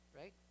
right